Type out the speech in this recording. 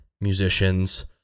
musicians